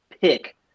pick